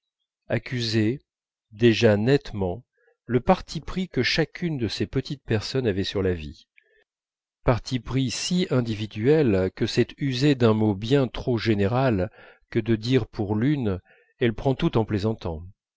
accusait déjà nettement le parti pris que chacune de ces petites personnes avait sur la vie parti pris si individuel que c'est user d'un mot bien trop général que de dire pour l'une elle prend tout en plaisantant